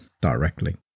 directly